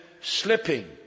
slipping